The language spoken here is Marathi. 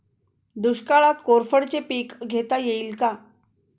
दुष्काळात कोरफडचे पीक घेता येईल का?